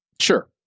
Sure